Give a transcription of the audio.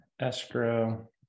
escrow